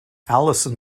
allison